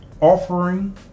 offering